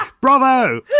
bravo